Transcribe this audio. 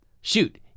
shoot